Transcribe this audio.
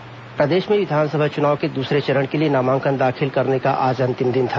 नामांकन पत्र प्रदेश में विधानसभा चुनाव के दूसरे चरण के लिए नामांकन दाखिल करने का आज अंतिम दिन था